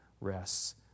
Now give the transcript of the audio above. rests